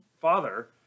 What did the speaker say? father